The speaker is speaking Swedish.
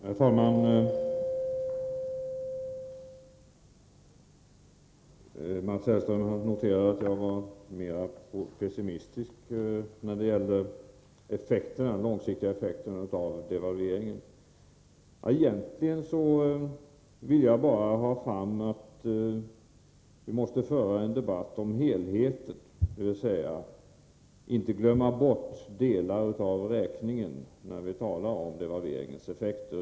Herr talman! Mats Hellström noterade att jag var mer pessimistisk än han när det gäller de långsiktiga effekterna av devalveringen. Egentligen vill jag bara föra en debatt om helheten, dvs. inte glömma bort delar av räkningen när vi talar om devalveringseffekter.